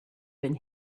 been